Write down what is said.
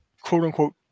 quote-unquote